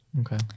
okay